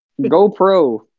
GoPro